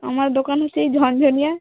আমার দোকান হচ্ছে এই ঝঞ্ঝনিয়া